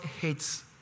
hates